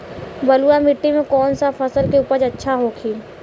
बलुआ मिट्टी में कौन सा फसल के उपज अच्छा होखी?